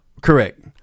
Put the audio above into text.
Correct